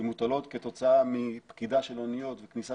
שמוטלות כתוצאה של פקידה של אוניות וכניסה